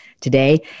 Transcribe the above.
Today